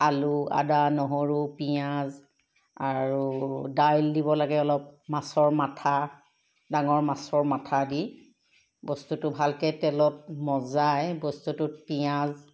আলু আদা নহৰু পিঁয়াজ আৰু দাইল দিব লাগে অলপ মাছৰ মাথা ডাঙৰ মাছৰ মাথা দি বস্তুটো ভালকৈ তেলত মজাই বস্তুটোত পিঁয়াজ